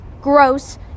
gross